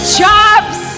jobs